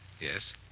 Yes